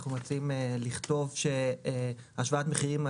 אנחנו מציעים לכתוב "השוואת מחירים,